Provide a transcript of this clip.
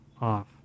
off